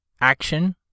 action